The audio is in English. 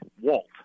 Walt